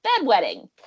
bedwetting